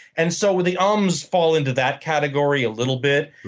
and so the ums fall into that category a little bit.